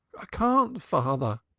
i can't, father,